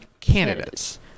candidates